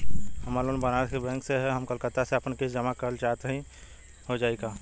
हमार लोन बनारस के बैंक से ह हम कलकत्ता से आपन किस्त जमा कइल चाहत हई हो जाई का?